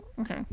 Okay